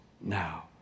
now